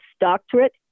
doctorate